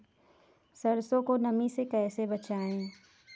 सरसो को नमी से कैसे बचाएं?